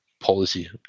policy